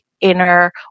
inner